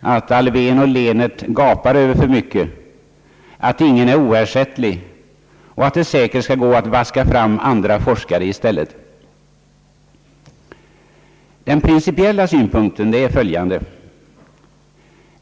att Alfvén och Lehnert gapar över för mycket, att ingen är oersättlig och att det säkert skall gå att vaska fram andra forskare i stället. Den principiella synpunkten är följande.